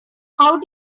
how